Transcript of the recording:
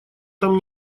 там